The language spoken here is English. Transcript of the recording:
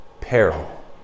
peril